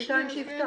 בינתיים שיפתח.